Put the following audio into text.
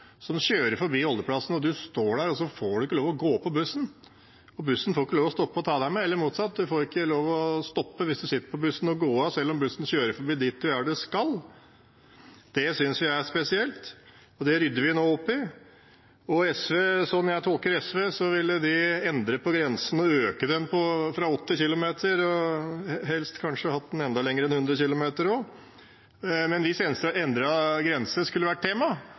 står der og får ikke lov til å gå på bussen, for bussen får ikke lov til å stoppe og ta deg med. Eller motsatt; hvis du sitter på bussen, får den ikke lov til å stoppe og la deg gå av, selv om den kjører forbi der du skal. Det synes jeg er spesielt, og det rydder vi nå opp i. Som jeg tolker SV, ville de endre grensen og øke den fra 80 km, og kanskje helst hatt den enda lenger enn 100 km. Men hvis disse endrete grensene skulle vært tema,